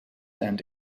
and